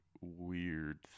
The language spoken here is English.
weird